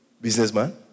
Businessman